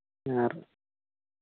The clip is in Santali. ᱟᱨ